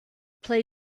play